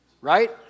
right